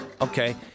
Okay